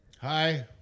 Hi